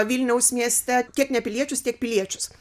vilniaus mieste tiek ne piliečius tiek piliečius